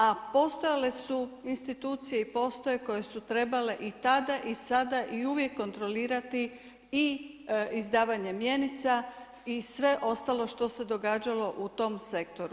A postojale su institucije i postoje koje su trebale i tada i sada i uvijek kontrolirati i izdavanje mjenica i sve ostalo što se događalo u tom sektoru.